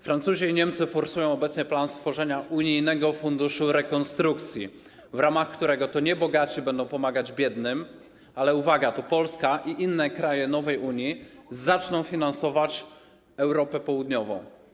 Francuzi i Niemcy forsują obecnie plan stworzenia unijnego funduszu rekonstrukcji, w ramach którego to nie bogatsi będą pomagać biednym, ale, uwaga, to Polska i inne kraje nowej Unii zaczną finansować Europę południową.